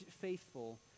faithful